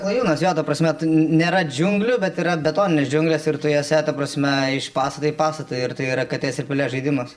klajūnas jo ta prasme nėra džiunglių bet yra betoninės džiunglės ir tu jose ta prasme iš pastato į pastatą ir tai yra katės ir pelės žaidimas